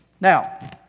Now